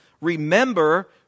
remember